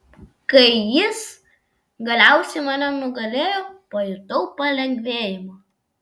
kai jis galiausiai mane nugalėjo pajutau palengvėjimą